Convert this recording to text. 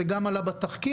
זה גם עלה בתחקיר,